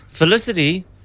Felicity